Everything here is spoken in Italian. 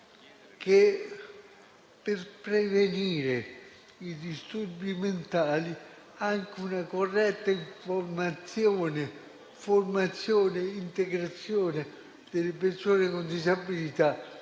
che per prevenire i disturbi mentali anche una corretta informazione, formazione e integrazione delle persone con disabilità